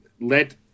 let